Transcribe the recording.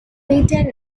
retained